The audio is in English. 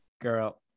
girl